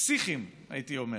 פסיכיים, הייתי אומר,